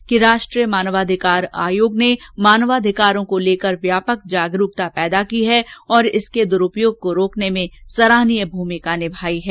प्रधानमंत्री ने कहा कि राष्ट्रीय मानवाधिकार आयोग ने मानवाधिकारों को लेकर व्यापक जागरूकता पैदा की है और इसके द्रूपयोग को रोकने में सराहनीय भूमिका निमाई है